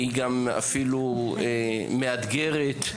אפילו מאתגרת.